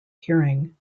hearing